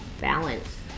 balance